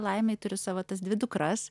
laimei turiu savo tas dvi dukras